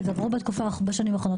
שגברו בשנים האחרונות,